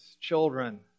children